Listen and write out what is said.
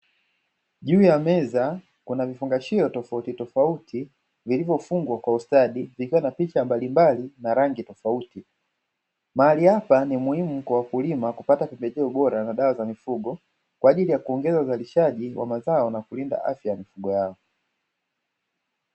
Juu ya meza kuna vifungashio tofautitofauti vilivyofungwa kwa ustadi vikiwa na picha mbalimbali na rangi tofauti. Mahali hapa ni muhimu kwa wakulima kupata pembejeo bora na dawa za mifugo, kwa ajili ya kuongeza uzalishaji wa mazao na kulinda afya ya mifugo yao.